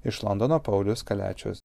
iš londono paulius kaliačius